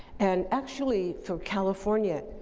and actually, for california.